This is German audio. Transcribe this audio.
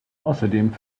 außerdem